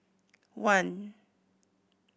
one